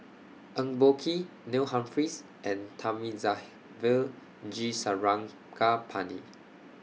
Eng Boh Kee Neil Humphreys and Thamizhavel G Sarangapani